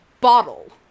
bottle